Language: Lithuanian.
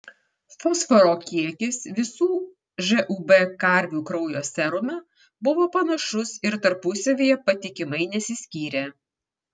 fosforo kiekis visų žūb karvių kraujo serume buvo panašus ir tarpusavyje patikimai nesiskyrė